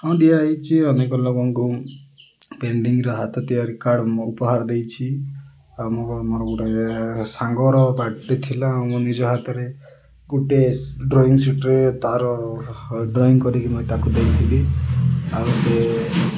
ହଁ ଦିଆହେଉଛି ଅନେକ ଲୋକଙ୍କୁ ପେଣ୍ଟିଙ୍ଗର ହାତ ତିଆରି କାର୍ଡ଼ ଉପହାର ଦେଇଛି ଆଉ ମୋ ମୋର ଗୋଟେ ସାଙ୍ଗର ବାାର୍ଥଡ଼େ ଥିଲା ଆଉ ମୁଁ ନିଜ ହାତରେ ଗୋଟେ ଡ୍ରଇଂ ସିଟ୍ରେ ତାର ଡ୍ରଇଂ କରିକି ମୁଇଁ ତାକୁ ଦେଇଥିଲି ଆଉ ସେ